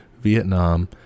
Vietnam